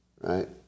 right